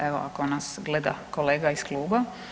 Evo ako nas gleda kolega iz kluba.